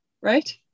right